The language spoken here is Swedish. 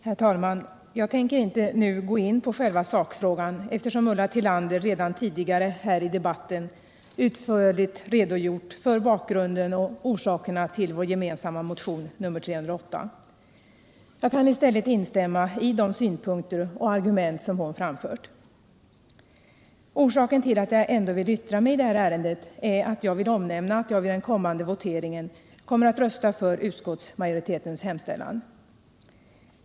Herr talman! Jag tänker inte gå in på själva sakfrågan, eftersom Ulla Tillander redan tidigare i debatten utförligt redogjort för bakgrunden och orsakerna till vår gemensamma motion nr 308. I stället kan jag instämma i de synpunkter och argument som hon framförde. Orsaken till att jag ändå vill yttra mig i detta ärende är att jag vill omnämna att jag vid den kommande voteringen kommer att rösta för utskottsmajoritetens hemställan.